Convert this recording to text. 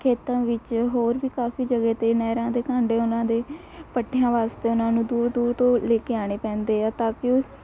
ਖੇਤਾਂ ਵਿੱਚ ਹੋਰ ਵੀ ਕਾਫੀ ਜਗ੍ਹਾ 'ਤੇ ਨਹਿਰਾਂ ਦੇ ਕੰਢੇ ਉਹਨਾਂ ਦੇ ਪੱਠਿਆਂ ਵਾਸਤੇ ਉਹਨਾਂ ਨੂੰ ਦੂਰ ਦੂਰ ਤੋਂ ਲੈ ਕੇ ਆਉਣੇ ਪੈਂਦੇ ਆ ਤਾਂ ਕਿ